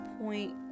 point